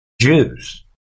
Jews